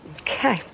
Okay